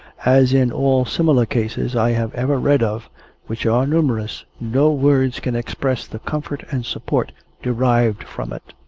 as in all similar cases i have ever read of which are numerous no words can express the comfort and support derived from it.